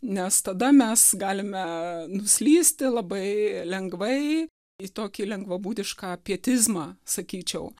nes tada mes galime nuslysti labai lengvai į tokį lengvabūdišką pietizmą sakyčiau